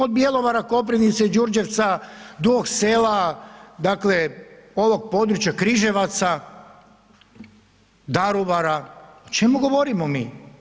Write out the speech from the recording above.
Od Bjelovara, Koprivnice, Đurđevca, Dugog Sela, dakle ovog područja, Križevaca, Daruvara, o čemu govorimo mi?